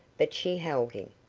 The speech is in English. but she held him.